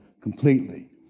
completely